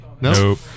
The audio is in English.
nope